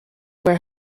where